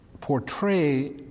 portray